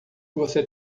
você